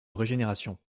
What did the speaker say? régénération